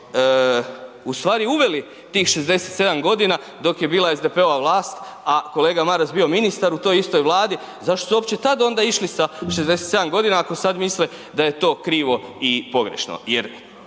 u stvari uveli tih 67.g. dok je bila SDP-ova vlast, a kolega Maras bio ministar u toj istoj Vladi, zašto su uopće tad onda išli sa 67.g. ako sad misle da je to krivo i pogrešno